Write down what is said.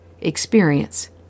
experience